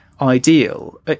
ideal